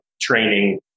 training